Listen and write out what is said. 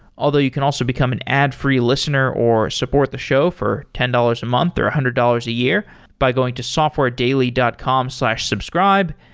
although you can also become an ad-free listener or support the show for ten dollars a month or one ah hundred dollars a year by going to softwaredaily dot com slash subscribe,